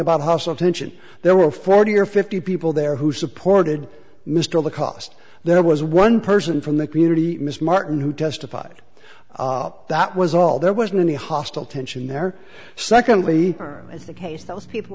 about hustle tension there were forty or fifty people there who supported mr the cost there was one person from the community mr martin who testified that was all there wasn't any hostile tension there secondly as the case those people